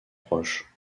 proche